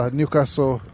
Newcastle